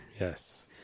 yes